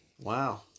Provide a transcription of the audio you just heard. Wow